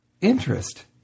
interest